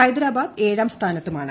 ഹൈദരാബാദ് ഏഴാം സ്ഥാനത്തുമാണ്